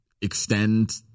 extend